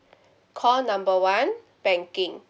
call number one banking